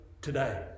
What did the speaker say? today